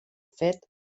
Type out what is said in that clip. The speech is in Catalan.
fet